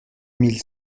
mille